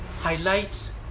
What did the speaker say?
highlight